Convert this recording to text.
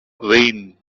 vain